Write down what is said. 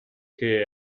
che